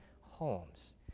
homes